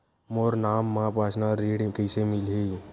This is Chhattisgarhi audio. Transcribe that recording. मोर नाम म परसनल ऋण कइसे मिलही?